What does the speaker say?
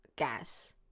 Gas